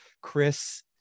Chris